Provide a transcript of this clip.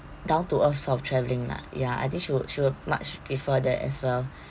down to earth sort of traveling lah ya I think she would she would much prefer that as well